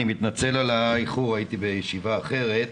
אני מתנצל על האיחור, הייתי בישיבה אחרת.